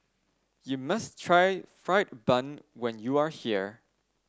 you must try fried bun when you are here